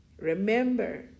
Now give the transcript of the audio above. remember